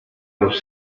los